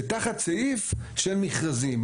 שתחת סעיף של מכרזים.